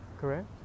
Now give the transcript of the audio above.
correct